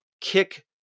kick